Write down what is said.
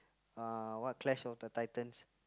uh what Clash-of-the-Titans